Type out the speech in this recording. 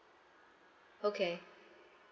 okay